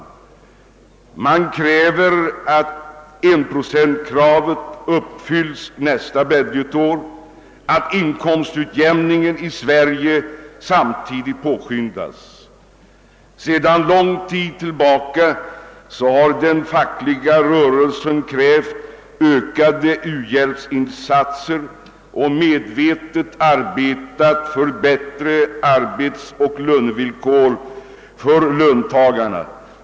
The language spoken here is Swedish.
Studenterna kräver att enprocentmålet skall uppnås nästa budgetår och att inkomstutjämningen i Sverige samtidigt påskyndas. Sedan lång tid tillbaka har den fackliga rörelsen krävt ökade u-hjälpsinsatser samt medvetet arbetat för bättre arbetsoch lönevillkor för löntagarna.